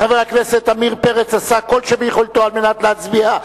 חבר הכנסת עמיר פרץ עשה כל שביכולתו על מנת להצביע,